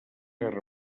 guerra